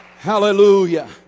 Hallelujah